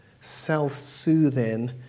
self-soothing